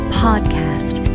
podcast